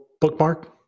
bookmark